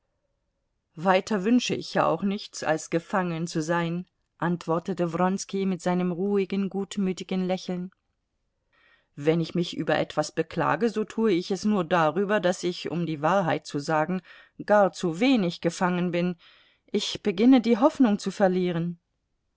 weiter wünsche ich ja auch nichts als gefangen zu sein antwortete wronski mit seinem ruhigen gutmütigen lächeln wenn ich mich über etwas beklage so tue ich es nur darüber daß ich um die wahrheit zu sagen gar zu wenig gefangen bin ich beginne die hoffnung zu verlieren